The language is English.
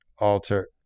alter